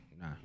Nah